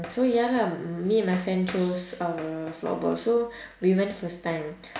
so ya lah mm me and my friend chose uh floorball so we went first time